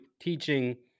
teaching